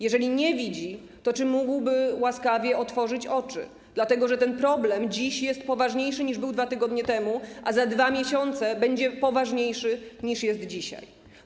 Jeżeli nie widzi, to czy mógłby łaskawie otworzyć oczy, dlatego że ten problem dziś jest poważniejszy, niż był 2 tygodnie temu, a za 2 miesiące będzie poważniejszy, niż jest dzisiaj.